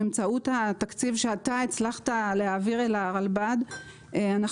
באמצעות התקציב שאתה הצלחת להעביר לרלב"ד אנחנו